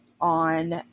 on